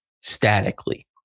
statically